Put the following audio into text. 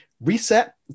reset